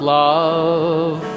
love